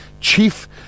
Chief